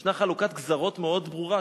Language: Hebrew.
ישנה חלוקת גזרות מאוד ברורה,